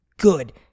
Good